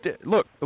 Look